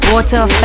Water